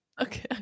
Okay